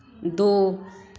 दो